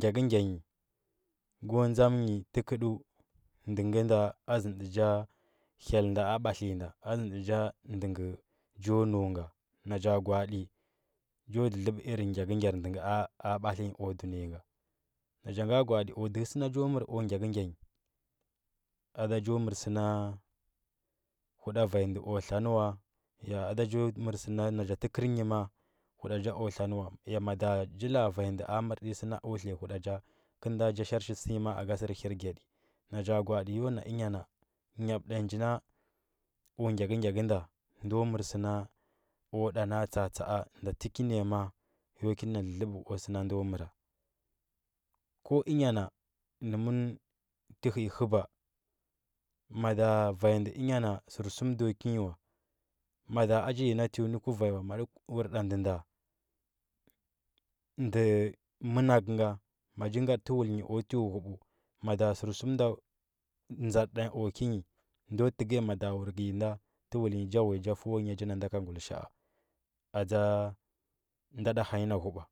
Gyakəgya nyi go dzam nyi təkədəu ndə ngənga a zəntə hyel nga a bathliyi nda a zəntə cha ngə chi ndu ngu na cha gwa, ati cho lələba irin gyakəgyer nde nda a bathli nyi ku dunəya ng ana cha nga gwa, ati ku dəhəsə na cho mər ku gyakəgya nyi ada njo mər səna hudavanyi ndə kwa tla nə way a ada cho mər səna nacha təkərnyi ma. a hudacha kwa tla nə wa way a mada cha la, a vanya ndə a mər tə nyi səna kwa tliya huda cha kəl nda cha shar səsənyi aka sər hir gyadi na cha gwa. ati yon a enyana nyab tai nji inna aku gyakəgyakə nda nɗo kwa mər səna kwa ɗa na. a tsa, a tsa, a nda təkə nay a ma. a yo kəna lələba dəhə sə ina ndo məra ko ənya naa nəmən tə hii həba mada vanyi ndeu enya na sərsum nda kinyiwa mada aja nyi na huui nə kuvanyi maə uwur da ndə nda, ndə manakə nga ma cha ngatə təwal nyi kwa tuui huba mada sərsum nda dzəd ta, ku ki nyi ndo təkvya mada uur nyi nda təuul nyi cha wuya cha fəulu nya cha nan da ka gulisha ats ana da hanyi ana huba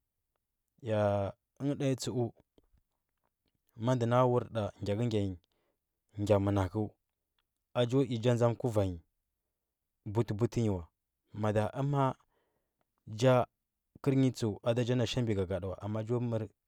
ya ingetai tsdu ma nndə na wuur nda gyakəgya nyi gya manakə a cho i cha zam kuvan nyi butə butə nyi wa mada amanə nja kərinyi tsəu cha na shabi gagada amma njo mər,